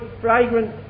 fragrant